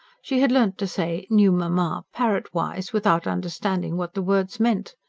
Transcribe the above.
she had learnt to say new mamma parrot-wise, without understanding what the words meant.